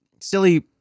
silly